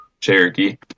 cherokee